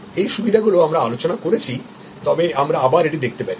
এই সুবিধাগুলি আমরা আলোচনা করেছি তবে আমরা আবার এটি দেখতে পারি